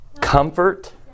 Comfort